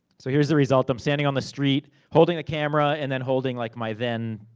so, here's the result, i'm standing on the street, holding the camera, and then holding like my then,